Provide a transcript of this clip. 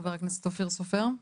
חבר הכנסת אופיר סופר.